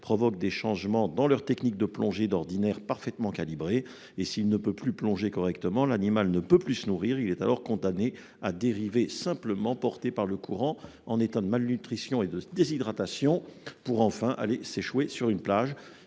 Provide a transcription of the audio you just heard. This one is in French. provoquent des changements dans leurs techniques de plongée, d'ordinaire parfaitement calibrées. Et, s'il ne peut plus plonger correctement, l'animal ne peut plus se nourrir. Il est alors condamné à dériver, simplement porté par le courant, en état de malnutrition et de déshydratation, pour aller s'échouer sur une plage.